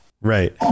right